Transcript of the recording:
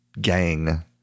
gang